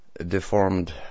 deformed